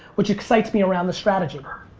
which excites me around the strategy.